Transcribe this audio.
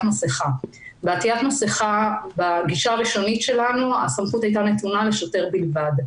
מסכה כאשר בגישה הראשונית שלנו הסמכות הייתה נתונה לשוטר בלבד.